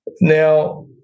now